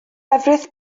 lefrith